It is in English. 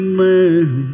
man